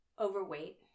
overweight